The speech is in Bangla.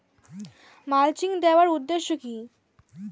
মালচিং দেওয়ার উদ্দেশ্য কি?